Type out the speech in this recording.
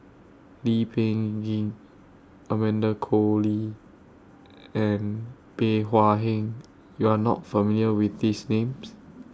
Lee Peh Gee Amanda Koe Lee and Bey Hua Heng YOU Are not familiar with These Names